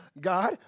God